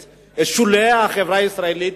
את שולי החברה הישראלית,